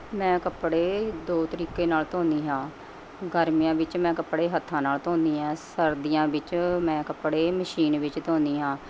ਮੈਂ ਕੱਪੜੇ ਦੋ ਤਰੀਕੇ ਨਾਲ਼ ਧੋਨੀ ਹਾਂ ਗਰਮੀਆਂ ਵਿੱਚ ਮੈਂ ਕੱਪੜੇ ਹੱਥਾਂ ਨਾਲ਼ ਧੋਨੀ ਹਾਂ ਸਰਦੀਆਂ ਵਿੱਚ ਮੈਂ ਕੱਪੜੇ ਮਸ਼ੀਨ ਵਿੱਚ ਧੋਨੀ ਹਾਂ